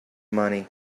money